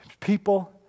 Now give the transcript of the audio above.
people